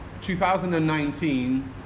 2019